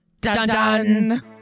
Dun-dun